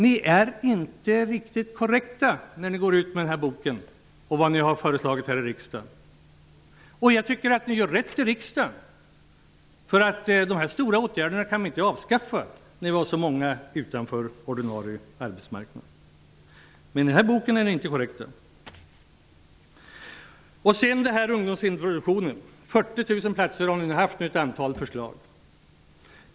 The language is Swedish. Ni är inte riktigt korrekta i er bok och i era förslag här i riksdagen. Jag tycker att ni gör rätt i riksdagen. De här stora åtgärderna kan vi inte avskaffa när så många står utanför den ordinarie arbetsmarknaden, men uppgifterna i boken är inte korrekta. Beträffande ungdomsintroduktionen finns nu ett antal förslag om 40 000 platser.